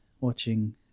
watching